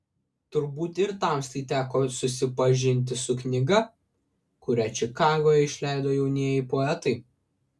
turbūt ir tamstai teko susipažinti su knyga kurią čikagoje išleido jaunieji poetai